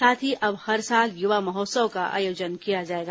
साथ ही अब हर साल युवा महोत्सव का आयोजन किया जाएगा